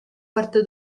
quarto